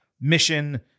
mission